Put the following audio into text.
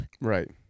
Right